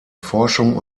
forschung